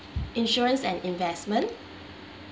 insurance and investment